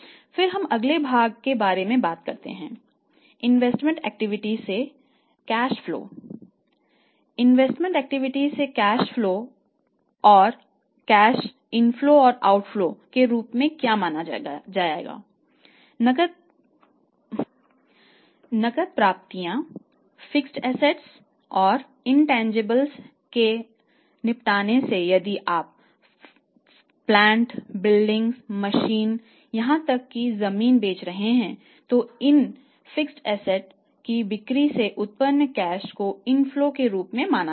फिर हम अगले भाग के बारे में बात करते हैं इन्वेस्टमेंट एक्टिविटी से नकद प्रवाह होता है